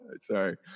sorry